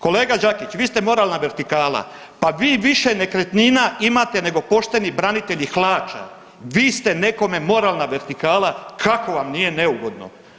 Kolega Đakić, vi ste moralna vertikala, pa vi više nekretnina imate nego pošteni branitelji hlača, vi ste nekome moralna vertikala, kako vam nije neugodno.